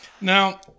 now